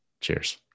Cheers